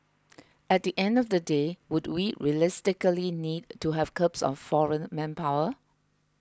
at the end of the day would we realistically need to have curbs on foreign manpower